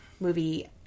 movie